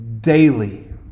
daily